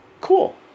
cool